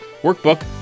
workbook